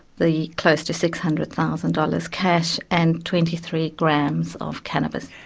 the close to six hundred thousand dollars cash, and twenty three grams of cannabis.